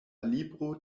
libro